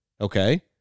Okay